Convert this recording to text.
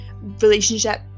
relationship